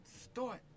start